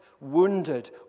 wounded